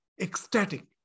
ecstatic